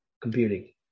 computing